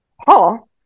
paul